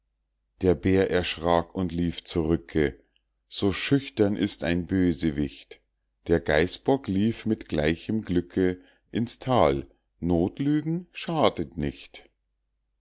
der bär erschrak und lief zurücke so schüchtern ist ein bösewicht der geißbock lief mit gleichem glücke in's thal nothlügen schadet nicht